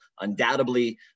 undoubtedly